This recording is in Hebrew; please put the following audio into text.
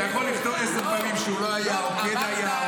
אתה יכול לכתוב עשר פעמים שהוא היה או לא היה,